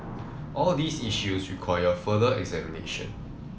all these issues require further examination